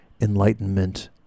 enlightenment